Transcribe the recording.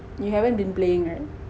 you haven't been playing right